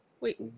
Wait